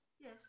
Yes